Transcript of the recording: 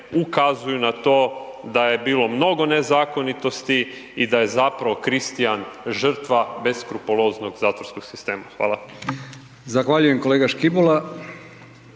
ukazuju na to da je bilo mnogo nezakonitosti i da je zapravo Kristijan žrtva beskrupuloznog zatvorskog sistema. Hvala.